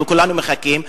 אנחנו כולנו מחכים.